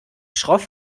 schroff